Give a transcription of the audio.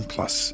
Plus